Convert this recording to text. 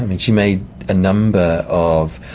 i mean she made a number of